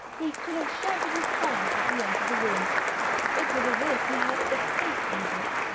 he could have shouted with triumph as he entered the room it was as if he had escaped into it.